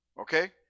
Okay